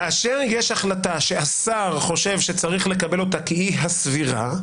כאשר יש החלטה שהשר חושב שצריך לקבל אותה כי היא הסבירה,